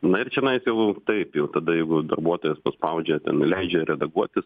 na ir čionais jau taip jau tada jeigu darbuotojas paspaudžia ten leidžia redaguotis